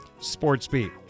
Sportsbeat